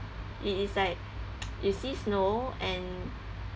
it is like you see snow and